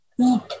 eat